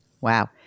Wow